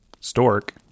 Stork